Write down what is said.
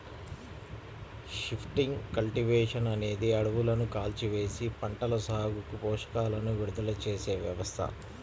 shifting cultivation అనేది అడవులను కాల్చివేసి, పంటల సాగుకు పోషకాలను విడుదల చేసే వ్యవస్థ